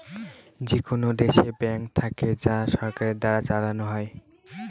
যেকোনো দেশে ব্যাঙ্ক থাকে যা সরকার দ্বারা চালানো হয়